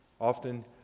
often